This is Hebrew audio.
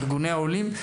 ארגוני עולים.